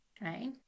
right